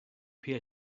pay